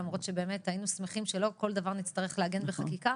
למרות שהיינו שמחים שלא כל דבר נצטרך לעגן בחקיקה,